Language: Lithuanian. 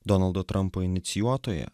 donaldo trampo inicijuotoje